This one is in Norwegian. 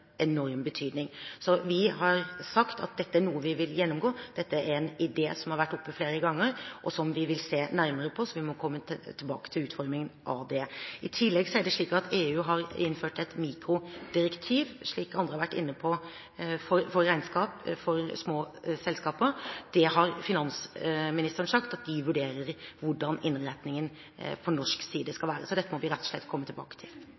enorm betydning. Så vi har sagt at dette er noe vi vil gjennomgå. Dette er en idé som har vært oppe flere ganger og som vi vil se nærmere på, og vi må komme tilbake til utformingen av det. I tillegg er det slik at EU har innført et mikroregnskapsdirektiv, slik andre har vært inne på, for regnskap for små selskaper, og finansministeren har sagt at de vurderer hvordan innretningen av dette skal være på norsk side. Så dette må vi rett og slett komme tilbake til.